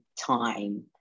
time